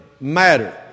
matter